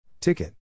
Ticket